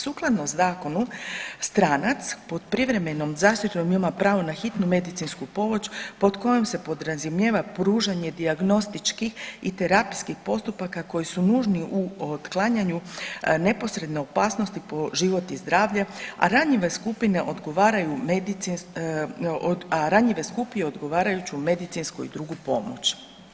Sukladno zakonu stranac pod privremenom zaštitom ima pravo na hitnu medicinsku pomoć pod kojom se podrazumijeva pružanje dijagnostičkih i terapijskih postupaka koji su nužni u otklanjanju neposredne opasnosti po život i zdravlje, a ranjive skupine odgovaraju, a ranjive skupine odgovarajuću medicinsku i drugu pomoć.